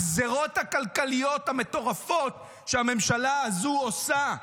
הגזרות הכלכליות המטורפות שהממשלה הזאת עושה,